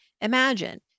Imagine